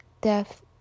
death